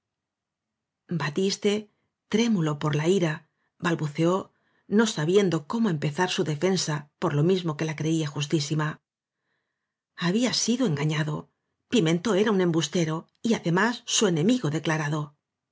batiste trémulo por la ira balbuceó no sabiendo como empezar su defensa por lo mis mo que la creía justísima habíá sido engañado pimentó era un em bustero y además su enemigo declarado